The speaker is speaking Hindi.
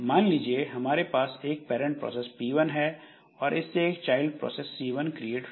मान लीजिए हमारे पास एक पैरंट प्रोसेस P1 है और इससे एक चाइल्ड प्रोसेस C1 क्रिएट हुई